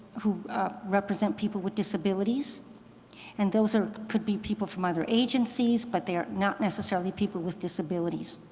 who represent people with disabilities and those are could be people from other agencies, but they're not necessarily people with disabilities.